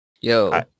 Yo